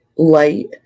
light